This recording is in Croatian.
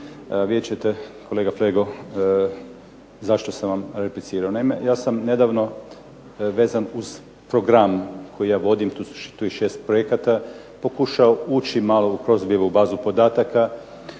Vidjet ćete kolega Flego zašto sam vam replicirao. Naime, ja sam nedavno vezan uz program koji ja vodim, to je 6 projekta, pokušao ući malo u Crozbijevu bazu podataka